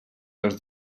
les